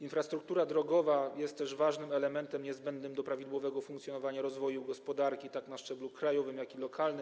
Infrastruktura drogowa jest też ważnym elementem niezbędnym do prawidłowego funkcjonowania, rozwoju gospodarki tak na szczeblu krajowym, jak i lokalnym.